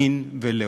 מין ולאום.